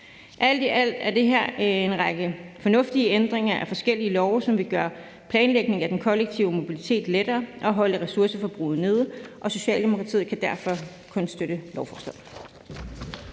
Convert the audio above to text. Alt i alt er det her en række fornuftige ændringer af forskellige love, som vil gøre planlægning af den kollektive mobilitet lettere og holde ressourceforbruget nede, og Socialdemokratiet kan derfor kun støtte lovforslaget.